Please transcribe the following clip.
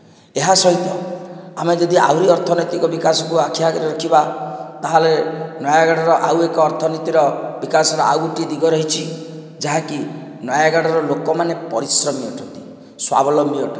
ଏହା ସହିତ ଆମେ ଯଦି ଆହୁରି ଅର୍ଥନୀତିକ ବିକାଶକୁ ଆଖି ଆଗରେ ରଖିବା ତାହେଲେ ନୟାଗଡ଼ର ଆଉ ଏକ ଅର୍ଥନୀତିର ବିକାଶର ଆଉ ଗୋଟିଏ ଦିଗ ରହିଛି ଯାହାକି ନୟାଗଡ଼ର ଲୋକମାନେ ପରିଶ୍ରମୀ ଅଟନ୍ତି ସ୍ୱାବିଲମ୍ବି ଅଟନ୍ତି